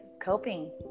coping